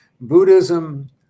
Buddhism